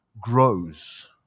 grows